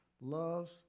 loves